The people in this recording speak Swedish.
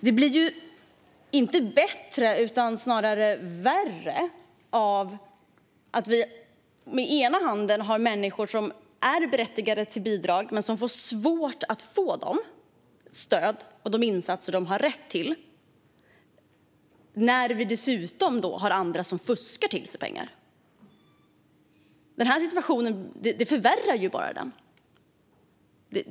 Det blir ju inte bättre utan snarare värre av att vi å ena sidan har människor som är berättigade till bidrag men har svårt att få de stöd och insatser de har rätt till och å andra sidan har människor som fuskar till sig pengar. Det förvärrar ju bara situationen.